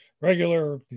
regular